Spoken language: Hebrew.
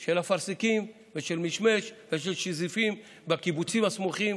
של אפרסקים ושל משמש ושל שזיפים בקיבוצים הסמוכים,